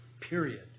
period